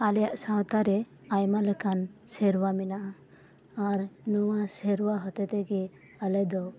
ᱟᱞᱮᱭᱟᱜ ᱥᱟᱶᱛᱟ ᱨᱮ ᱟᱭᱢᱟ ᱞᱮᱠᱟᱱ ᱥᱮᱨᱣᱟ ᱢᱮᱱᱟᱜᱼᱟ ᱟᱨ ᱱᱚᱣᱟ ᱥᱮᱨᱣᱟ ᱦᱚᱛᱮᱛᱮᱜᱮ ᱟᱞᱮ ᱫᱚ